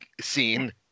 scene